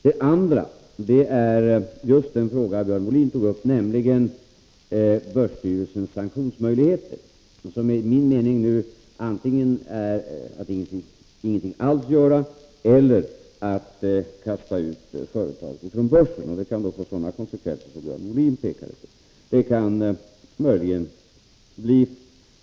: Den andra frågan som Björn Molin tog upp gäller börsstyrelsens sanktionsmöjligheter, som enligt min mening nu antingen är att ingenting alls göra eller att kasta ut företag från börsen, vilket kan få sådana konsekvenser som Björn Molin pekade på.